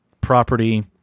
property